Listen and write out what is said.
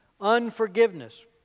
Unforgiveness